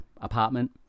apartment